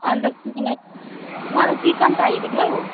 अन्त चाहिँ मलाई मलाई चिकन चाहिएको थियो हौ